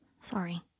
Sorry